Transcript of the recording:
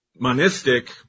monistic